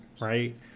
right